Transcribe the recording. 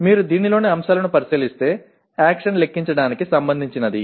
మీరు దీనిలోని అంశాలను పరిశీలిస్తే యాక్షన్ లెక్కించడానికి సంబంధించినది